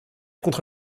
contre